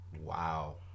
wow